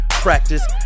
practice